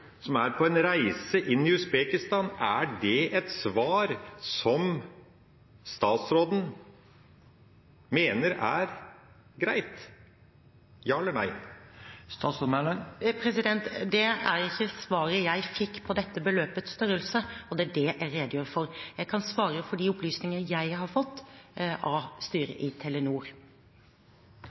statsråden mener er greit. Ja eller nei? Det er ikke svaret jeg fikk på dette beløpets størrelse, og det er det jeg redegjør for. Jeg kan svare for de opplysninger jeg har fått av